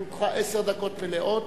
לרשותך עשר דקות מלאות.